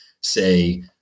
say